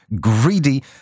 greedy